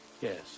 Yes